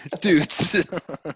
dudes